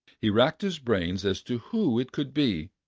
he racked his brains as to who it could be.